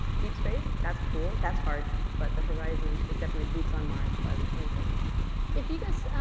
deep space, that's cool, that's hard but the horizon is definitely boots on mars by the twenty thirty if you guys,